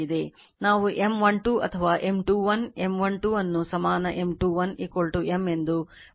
ನಾವು M12 ಅಥವಾM21 M12 ಅನ್ನು ಸಮಾನ M21 M ಎಂದು ಬರೆಯುತ್ತಿಲ್ಲ